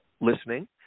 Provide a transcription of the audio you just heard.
listening